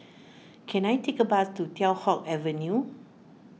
can I take a bus to Teow Hock Avenue